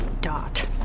Dot